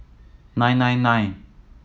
nine nine nine